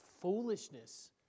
foolishness